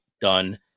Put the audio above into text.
done